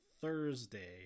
Thursday